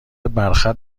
برخط